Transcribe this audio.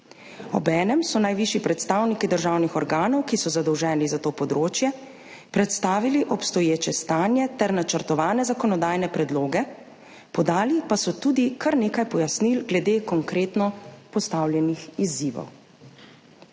Obenem so najvišji predstavniki državnih organov, ki so zadolženi za to področje, predstavili obstoječe stanje ter načrtovane zakonodajne predloge, podali pa so tudi kar nekaj pojasnil glede konkretno postavljenih izzivov.